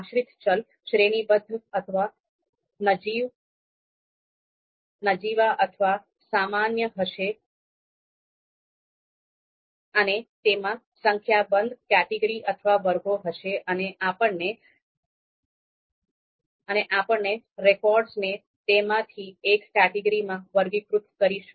આશ્રિત ચલ શ્રેણીબદ્ધ અથવા નજીવા અથવા સામાન્ય હશે અને તેમાં સંખ્યાબંધ કેટેગરી અથવા વર્ગો હશે અને આપણે રેકોર્ડ્સને તેમાંથી એક કેટેગરીમાં વર્ગીકૃત કરીશું